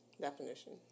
definition